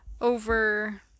over